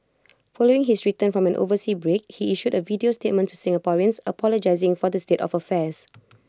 following his return from an overseas break he issued A video statement to Singaporeans apologising for the state of affairs